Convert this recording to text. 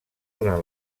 durant